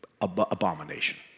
abomination